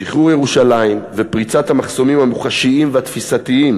שחרור ירושלים ופריצת המחסומים המוחשיים והתפיסתיים